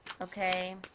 okay